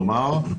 כלומר,